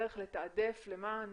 השאלה אם אין לכם דרך לתעדף למען